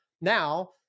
Now